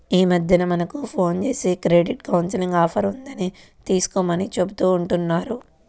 యీ మద్దెన మనకు ఫోన్ జేసి క్రెడిట్ కౌన్సిలింగ్ ఆఫర్ ఉన్నది తీసుకోమని చెబుతా ఉంటన్నారు